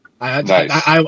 Nice